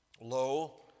lo